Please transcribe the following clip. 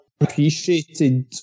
appreciated